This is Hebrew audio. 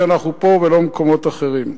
שאנחנו פה ולא במקומות אחרים.